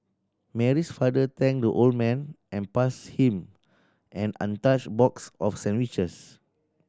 Mary's father thanked the old man and passed him an untouched box of sandwiches